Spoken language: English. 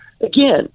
Again